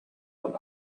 von